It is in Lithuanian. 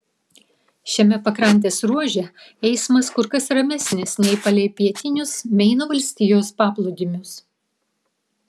šiame pakrantės ruože eismas kur kas ramesnis nei palei pietinius meino valstijos paplūdimius